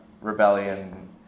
rebellion